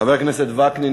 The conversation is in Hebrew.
חבר הכנסת וקנין,